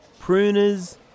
Pruners